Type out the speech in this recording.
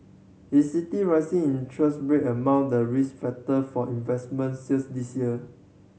he city rising interest rate among the risk factor for investment sales this year